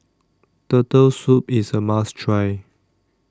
Turtle Soup IS A must Try